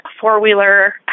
four-wheeler